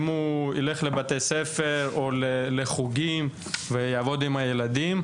הוא ילך לבתי ספר וחוגים ויעבוד עם הילדים.